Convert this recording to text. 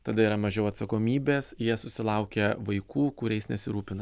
tada yra mažiau atsakomybės jie susilaukia vaikų kuriais nesirūpina